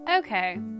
Okay